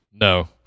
No